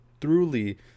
truly